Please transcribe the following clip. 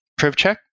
PrivCheck